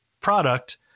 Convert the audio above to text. product